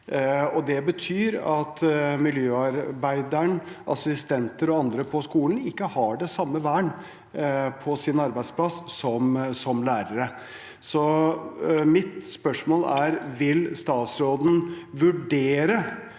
Det betyr at miljøarbeidere, assistenter og andre på skolen ikke har det samme vernet på sin arbeidsplass som lærere. Så mitt spørsmål er: Vil statsråden vurdere